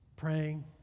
praying